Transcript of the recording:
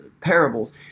parables